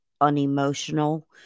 unemotional